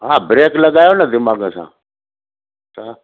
हा ब्रेक लॻायो न दिमाग़ु सां छा